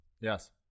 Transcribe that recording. Yes